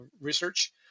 research